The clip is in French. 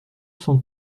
cent